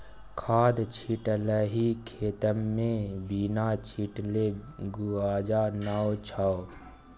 खाद छिटलही खेतमे बिना छीटने गुजारा नै छौ